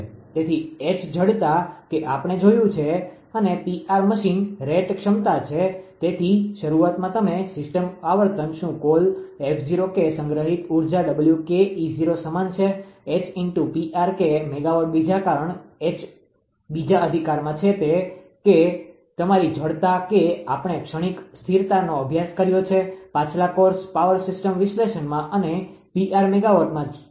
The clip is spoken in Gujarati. તેથી એચ જડતા કે આપણે જોયું છે અને 𝑃𝑟 મશીન રેટ ક્ષમતા છે તેથી શરૂઆતમાં તમે સિસ્ટમ આવર્તન શું કૉલ કે સંગ્રહિત ઊર્જા સમાન છે 𝐻 × 𝑃𝑟 કે મેગાવોટ બીજા કારણ એચ બીજા અધિકારમાં છે તે છે કે તમારી જડતા કે આપણે ક્ષણિક સ્થિરતાનો અભ્યાસ કર્યો છે પાછલા કોર્સ પાવર સિસ્ટમ વિશ્લેષણમાં અને 𝑃𝑟 મેગાવાટમાં જનરેટેડ ક્ષમતા છે